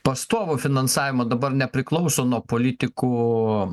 pastovų finansavimą dabar nepriklauso nuo politikų